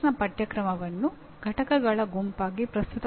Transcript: ನಾವು ಈಗ philosophy of education